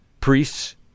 priests